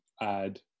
add